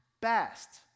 best